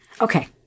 Okay